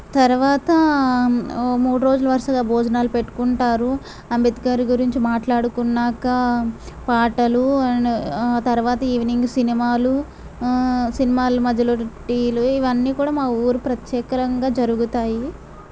తర్వాత ఒక మూడు రోజులు వరుసగా భోజనాలు పెట్టుకుంటారు అంబేద్కర్ గురించి మాట్లాడుకున్నాక పాటలు అండ్ తర్వాత ఈవినింగ్ సినిమాలు సినిమాల మధ్యలో టీలు ఇవన్నీ కూడా మా ఊరిలో ప్రత్యేకంగా జరుగుతాయి